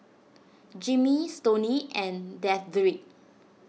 Jeremy Stoney and Dedric